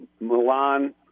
milan